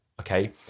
okay